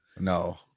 no